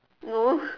no